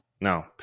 no